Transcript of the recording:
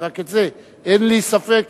אין לי ספק,